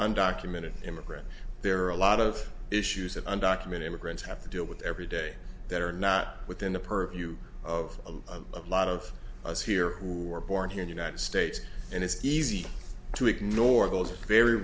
undocumented immigrant there are a lot of issues that undocumented immigrants have to deal with every day that are not within the purview of a lot of us here who are born here united states and it's easy to ignore those very